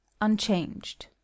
unchanged